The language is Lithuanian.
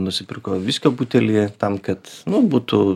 nusipirko viskio butelį tam kad nu būtų